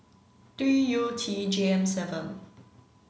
D U T J M seven